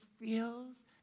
feels